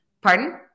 Pardon